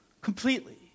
completely